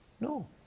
No